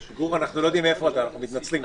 גור, אנחנו לא יודעים איפה אתה, אנחנו מתנצלים.